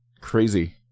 crazy